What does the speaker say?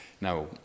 Now